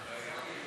כהצעת הוועדה,